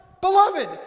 Beloved